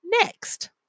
next